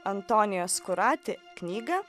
antonijo skurati knygą